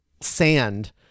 sand